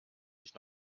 ich